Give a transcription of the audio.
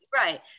Right